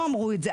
לא אמרו את זה.